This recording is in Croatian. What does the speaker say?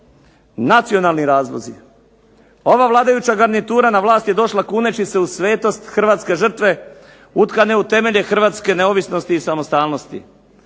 nacionalni razlozi. Ova vladajuća garnitura na vlast je došla kunući se u svetost hrvatske žrtve utkane u temelje hrvatske neovisnosti i samostalnosti.